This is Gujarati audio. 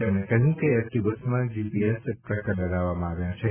તેમણે કહ્યું કે એસટી બસમાં જીપીએસ ટ્રેકર લગાવવામાં આવ્યા છે